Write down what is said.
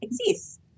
exist